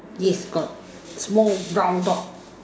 yes got small round dog